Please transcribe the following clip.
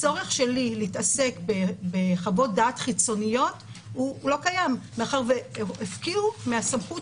הצורך שלי להתעסק בחוות דעת חיצוניות הוא לא קיים מאחר והפקיעו מהסמכות